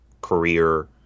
career